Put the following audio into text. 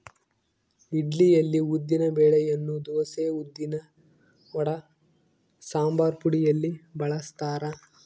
ಇಡ್ಲಿಯಲ್ಲಿ ಉದ್ದಿನ ಬೆಳೆಯನ್ನು ದೋಸೆ, ಉದ್ದಿನವಡ, ಸಂಬಾರಪುಡಿಯಲ್ಲಿ ಬಳಸ್ತಾರ